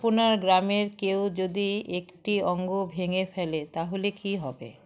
আপনার গ্রামের কেউ যদি একটি অঙ্গ ভেঙে ফেলে তাহলে কী হবে